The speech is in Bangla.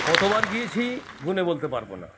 কতবার গিয়েছি গুণে বলতে পারব না